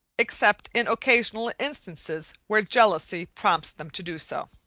except in occasional instances where jealousy prompts them to do so.